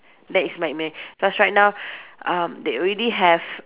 that is my ima~ cause right now um they already have